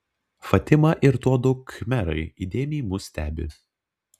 fatima ir tuodu khmerai įdėmiai mus stebi